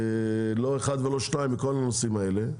לא אחד ולא שניים בכל הנושאים האלה.